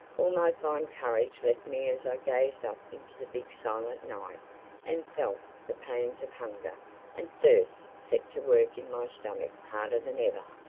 all my fine courage left me as i gazed up into the big silent night and felt the pains of hunger and thirst set to work in my stomach harder than ever.